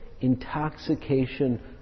intoxication